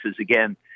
again